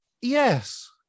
Yes